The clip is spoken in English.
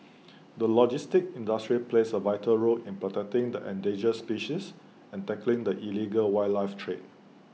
the logistics industry plays A vital role in protecting the endangered species and tackling the illegal wildlife trade